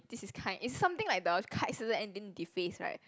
this is kind is something like the kite ending deface right